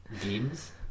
Games